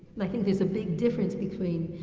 and i think there's a big difference between,